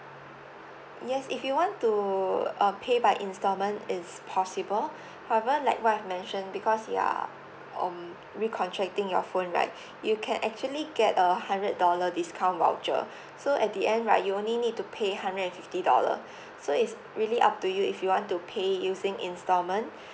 yes if you want to uh pay by instalment it's possible however like what I've mentioned because you are on recontracting your phone right you can actually get a hundred dollar discount voucher so at the end right you only need to pay hundred and fifty dollar so it's really up to you if you want to pay using instalment